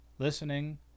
Listening